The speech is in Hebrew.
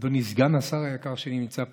אדוני סגן השר היקר שנמצא פה,